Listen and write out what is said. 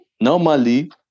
normally